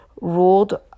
Ruled